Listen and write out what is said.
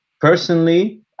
personally